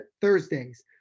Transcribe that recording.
Thursdays